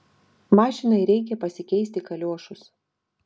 mašinai reikia pasikeisti kaliošus